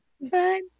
Bye